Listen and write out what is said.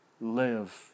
live